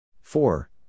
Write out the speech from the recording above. four